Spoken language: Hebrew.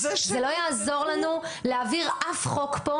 זה לא יעזור לנו להעביר אף חוק פה,